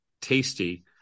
Tasty